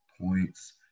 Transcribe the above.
points